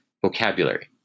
vocabulary